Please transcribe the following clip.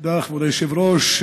תודה, כבוד היושב-ראש.